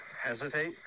hesitate